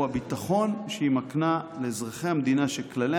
הוא הביטחון שהיא מקנה לאזרחי המדינה שכללי